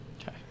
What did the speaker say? Okay